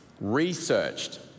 researched